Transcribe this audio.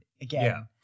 Again